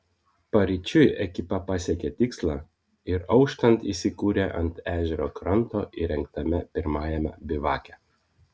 paryčiui ekipa pasiekė tikslą ir auštant įsikūrė ant ežero kranto įrengtame pirmajame bivake